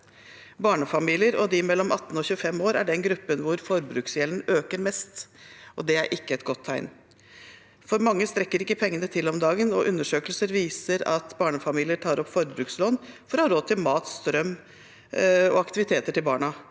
Barnefamilier og de mellom 18 og 25 år er de gruppene hvor forbruksgjelden øker mest, og det er ikke et godt tegn. For mange strekker ikke pengene til om dagen, og undersøkelser viser at barnefamilier tar opp forbrukslån for å ha råd til mat, strøm og aktiviteter til barna.